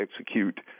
execute